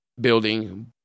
building